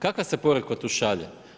Kakva se poruka tu šalje?